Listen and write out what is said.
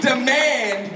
demand